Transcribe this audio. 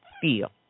feel